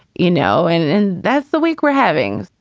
you know, and and that's the week we're having.